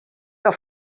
que